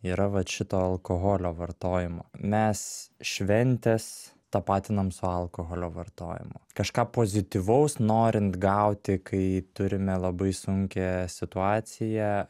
yra vat šito alkoholio vartojimo mes šventes tapatinam su alkoholio vartojimu kažką pozityvaus norint gauti kai turime labai sunkią situaciją